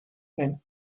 and